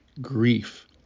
grief